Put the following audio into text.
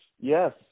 yes